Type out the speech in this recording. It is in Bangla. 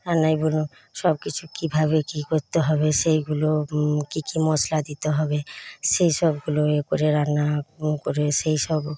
আর নয় সবকিছু কীভাবে কী করতে হবে সেইগুলো কী কী মশলা দিতে হবে সে সবগুলো একরে রান্না করে সেসব